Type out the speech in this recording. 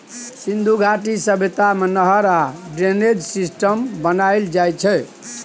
सिन्धु घाटी सभ्यता मे नहर आ ड्रेनेज सिस्टम बनाएल जाइ छै